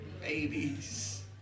babies